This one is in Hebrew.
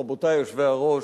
רבותי יושבי-הראש,